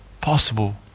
possible